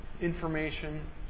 information